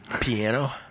Piano